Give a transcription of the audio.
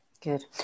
Good